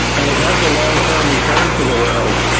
and it has a long-term return for the world,